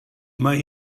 mae